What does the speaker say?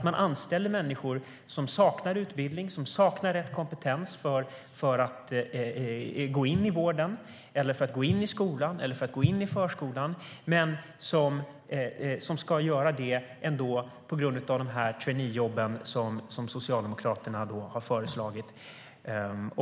Man anställer människor som saknar utbildning och rätt kompetens för att arbeta i vården, i skolan eller i förskolan, men man gör det ändå på grund av de traineejobb som Socialdemokraterna har föreslagit.